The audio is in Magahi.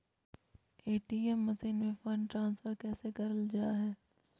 ए.टी.एम मसीन से फंड ट्रांसफर कैसे करल जा है?